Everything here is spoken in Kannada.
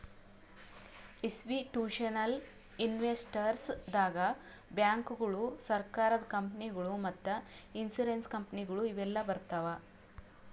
ಇಸ್ಟಿಟ್ಯೂಷನಲ್ ಇನ್ವೆಸ್ಟರ್ಸ್ ದಾಗ್ ಬ್ಯಾಂಕ್ಗೋಳು, ಸರಕಾರದ ಕಂಪನಿಗೊಳು ಮತ್ತ್ ಇನ್ಸೂರೆನ್ಸ್ ಕಂಪನಿಗೊಳು ಇವೆಲ್ಲಾ ಬರ್ತವ್